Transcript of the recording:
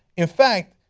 in fact,